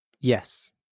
yes